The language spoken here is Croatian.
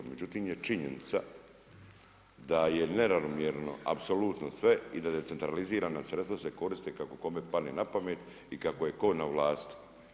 Međutim je činjenica da je neravnomjerno apsolutno sve i da decentralizirana sredstva se koriste kako kome padne na pamet i kako je tko na vlasti.